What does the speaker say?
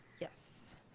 Yes